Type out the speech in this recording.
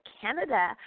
Canada